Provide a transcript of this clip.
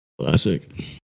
classic